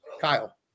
Kyle